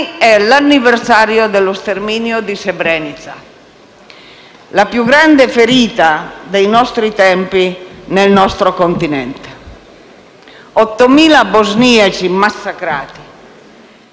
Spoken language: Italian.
è l'anniversario dello sterminio di Srebrenica, la più grande ferita dei nostri tempi nel nostro continente: 8.000 bosniaci massacrati